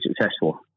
successful